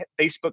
Facebook